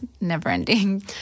never-ending